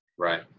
Right